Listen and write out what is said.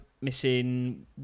missing